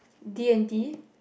D-and-T